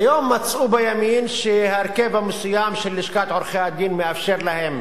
כיום מצאו בימין שההרכב המסוים של לשכת עורכי-הדין מאפשר להם